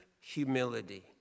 humility